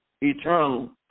eternal